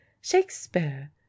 shakespeare